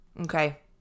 Okay